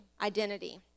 identity